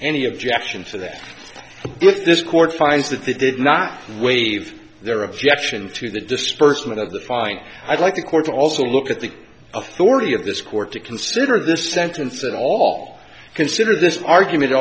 any objection to that if this court finds that they did not waive their objection to the disbursement of the fine i'd like the court also look at the authority of this court to consider the sentence at all consider this argument